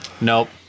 nope